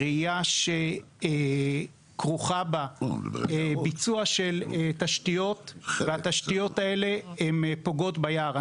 היא רעייה שכרוך בה ביצוע של תשתיות והתשתיות האלה פוגעות ביער.